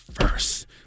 first